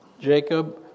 Jacob